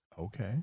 Okay